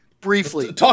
briefly